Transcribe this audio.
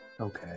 Okay